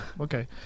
okay